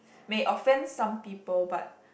may offend some people but